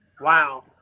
Wow